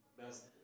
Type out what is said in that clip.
best